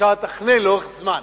אפשר לתכנן לאורך זמן.